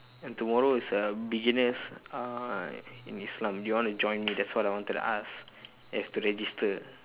and tomorrow is uh beginners uh in islam do you want to join me that's what I wanted to ask have to register